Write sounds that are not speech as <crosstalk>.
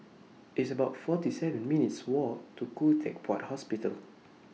It's about forty seven <noise> minutes' Walk to Khoo Teck Puat Hospital <noise>